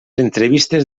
entrevistes